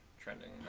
trending